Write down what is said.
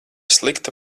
slikta